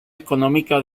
económica